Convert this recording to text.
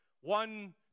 One